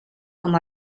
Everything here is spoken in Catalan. com